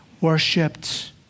worshipped